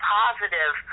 positive